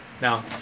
Now